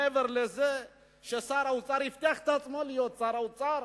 מעבר לזה ששר האוצר הבטיח את מקומו כשר האוצר,